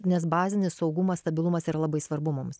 nes bazinis saugumas stabilumas yra labai svarbu mums